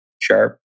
sharp